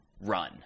run